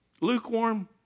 lukewarm